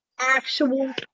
Actual